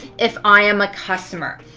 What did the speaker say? if i am a customer.